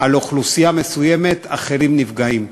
על אוכלוסייה מסוימת, אחרים נפגעים.